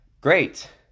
great